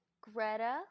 Greta